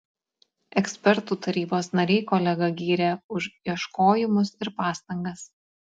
ekspertų tarybos nariai kolegą gyrė už ieškojimus ir pastangas